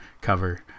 cover